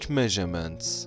measurements